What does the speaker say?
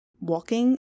walking